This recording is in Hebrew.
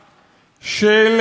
של הפרות,